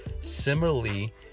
Similarly